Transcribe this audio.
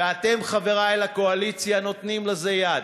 ואתם, חברי בקואליציה, נותנים לזה יד.